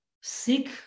sick